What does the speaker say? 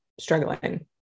struggling